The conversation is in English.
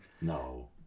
No